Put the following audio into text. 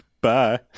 Bye